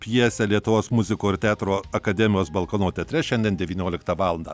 pjesę lietuvos muziko ir teatro akademijos balkono teatre šiandien devynioliktą valandą